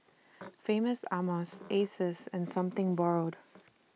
Famous Amos Asus and Something Borrowed